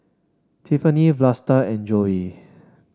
Tiffany Vlasta and Joey